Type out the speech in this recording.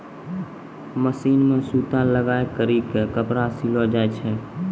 machine मे सूता लगाय करी के कपड़ा सिलो जाय छै